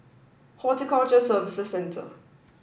Horticulture Services Centre